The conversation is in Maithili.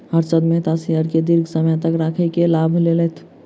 हर्षद मेहता शेयर के दीर्घ समय तक राइख के लाभ लेलैथ